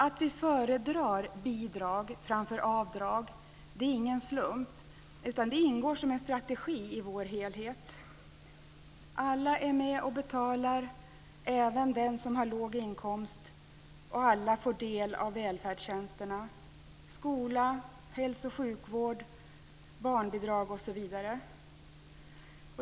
Att vi föredrar bidrag framför avdrag är ingen slump, utan det ingår som en strategi i vår helhet. Alla är med och betalar - även den som har låg inkomst - och alla får del av välfärdstjänsterna skola, hälso och sjukvård, barnbidrag osv.